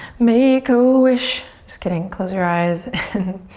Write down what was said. make a wish, just kidding. close your eyes and